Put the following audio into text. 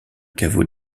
caveau